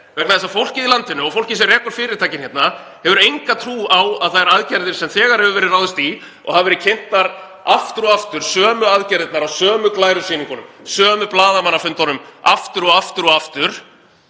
vegna þess að fólkið í landinu og fólkið sem rekur fyrirtækin hérna hefur enga trú á að þær aðgerðir sem þegar hefur verið ráðist í og hafa verið kynntar aftur og aftur, sömu aðgerðirnar á sömu glærusýningu á sömu blaðamannafundunum aftur og aftur, dugi